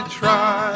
try